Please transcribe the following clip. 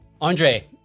Andre